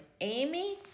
Amy